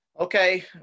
okay